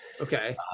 Okay